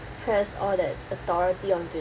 press all that authority onto